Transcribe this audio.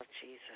Jesus